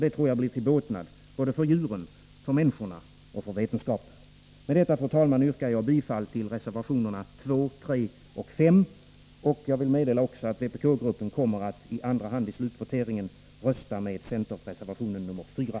Det blir till båtnad både för djuren, människorna och vetenskapen. Med detta, fru talman, yrkar jag bifall till reservationerna 2, 3 och 5. Jag vill samtidigt meddela att vpk-gruppen i slutvoteringen kommer att, i andra hand, rösta för centerreservationen nr 4.